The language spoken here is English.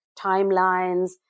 timelines